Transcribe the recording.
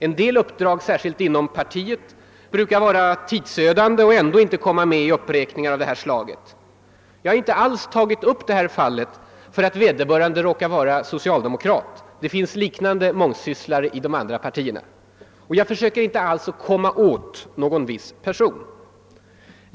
En del uppdrag, särskilt inom partiet, brukar vara tidsödande och ändå inte komma med i uppräkningar av detta slag. Jag har inte alls tagit upp det här fallet för att vederbörande råkar vara socialdemokrat — det finns liknande mångsysslare i andra partier — och jag försöker inte alls »komma åt» någon viss person.